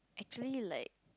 actually like